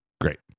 Great